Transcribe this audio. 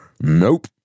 Nope